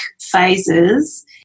phases